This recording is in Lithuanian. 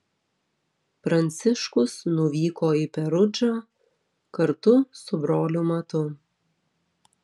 pranciškus nuvyko į perudžą kartu su broliu matu